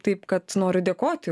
taip kad noriu dėkot jau